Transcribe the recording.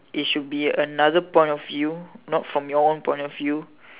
it should be another point of view not from your own point of view